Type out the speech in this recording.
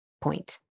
point